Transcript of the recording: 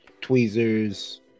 tweezers